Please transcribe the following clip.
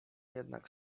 jednak